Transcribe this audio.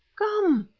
come.